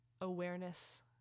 awareness